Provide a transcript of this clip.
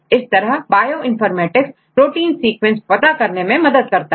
इस तरह bioinformatics protein sequence पता करने में मदद करता है